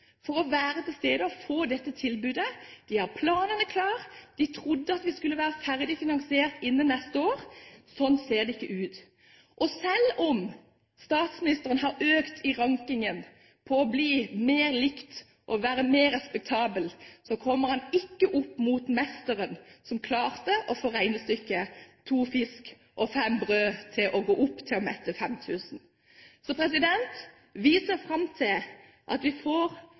for å være til stede og få dette tilbudet. De har planene klar, de trodde at det skulle være ferdig finansiert innen neste år. Sånn ser det ikke ut, og selv om statsministeren har steget på rankingen om å bli mer likt og være mer respektabel, så kommer han ikke opp mot Mesteren, som klarte å få regnestykket to fisker og fem brød til å gå opp, og mettet fem tusen. Så vi ser fram til å få en helt annen satsing på trosopplæring enn det vi